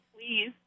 please